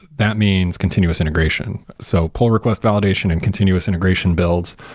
that means continuous integration. so pull request validation and continuous integration builds.